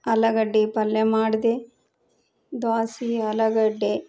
ಆಲುಗಡ್ಡಿ ಪಲ್ಯ ಮಾಡಿದೆ ದೋಸೆ ಆಲುಗಡ್ಡೆ